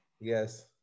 Yes